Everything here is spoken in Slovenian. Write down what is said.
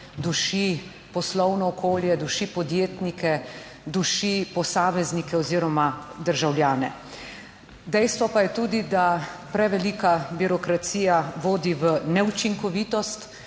duši poslovno okolje, duši podjetnike, duši posameznike oziroma državljane. Dejstvo pa je tudi, da prevelika birokracija vodi v neučinkovitost,